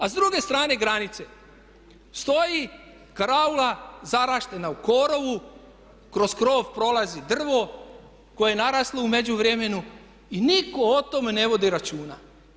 A s druge strane granice stoji karaula zaraštena u korovu, kroz krov prolazi drvo koje je naraslo u međuvremenu i nitko o tome ne vodi računa.